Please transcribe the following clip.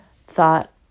thought